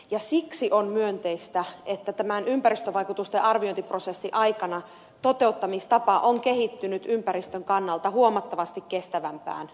siksi on myönteistä että tämän ympäristövaikutusten arviointiprosessin aikana toteuttamistapa on kehittynyt ympäristön kannalta huomattavasti kestävämpään suuntaan